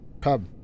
pub